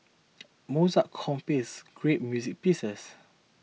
Mozart composed great music pieces